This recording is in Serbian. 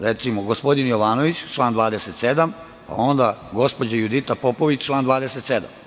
Recimo, gospodin Jovanović, član 27, onda gospođa Judita Popović, član 27.